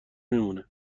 میمونه